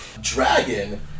Dragon